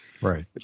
Right